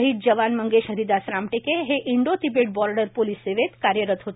शहीद जवान मंगेश हरिदास रामटेके हे इंडो तिबेट बॉर्डर पोलीस सेवेत होते